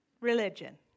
religion